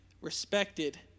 respected